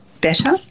better